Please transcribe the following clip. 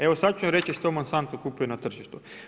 Evo, sad ću vam reći što Monsanto kupuje na tržištu.